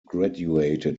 graduated